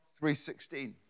3.16